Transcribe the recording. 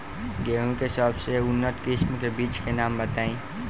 गेहूं के सबसे उन्नत किस्म के बिज के नाम बताई?